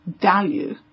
value